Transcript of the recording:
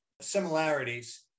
similarities